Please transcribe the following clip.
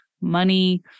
money